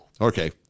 Okay